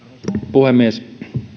puhemies